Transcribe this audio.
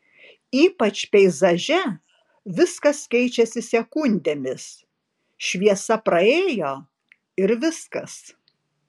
ypač peizaže viskas keičiasi sekundėmis šviesa praėjo ir viskas